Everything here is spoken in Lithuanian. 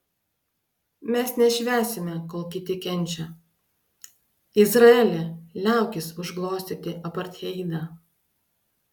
mes nešvęsime kol kiti kenčia izraeli liaukis užglostyti apartheidą